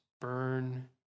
burn